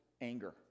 anger